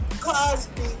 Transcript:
Cosby